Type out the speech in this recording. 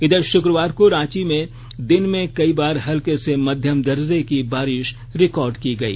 इधर शुक्रवार को रांची में दिन में कई बार हल्के से मध्यम दर्जे की बारिश रिकॉर्ड की गई